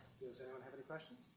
does anyone have any questions?